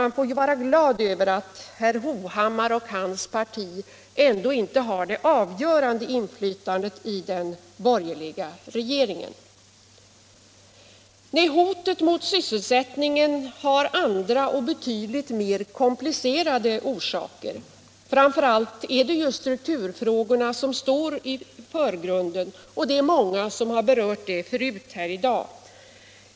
Man får vara glad över att herr Hovhammar och hans parti inte har det avgörande inflytandet i den borgerliga regeringen. Nej, hotet mot sysselsättningen har andra och betydligt mer komplicerade orsaker. Framför allt är det strukturfrågorna som står i förgrunden. Många har i dagens debatt tagit upp dessa frågor.